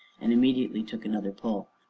and immediately took another pull.